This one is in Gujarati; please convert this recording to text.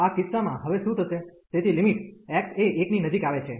આ કિસ્સા માં હવે શું થશે તેથી લિમિટ x એ 1 ની નજીકની આવે છે